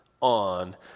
on